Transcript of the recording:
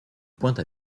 pointe